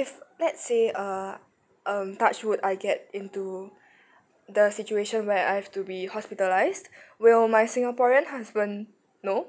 if let's say uh um touch wood I get into the situation where I have to be hospitalized will my singaporean husband know